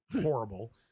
horrible